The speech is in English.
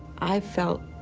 i felt,